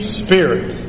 spirit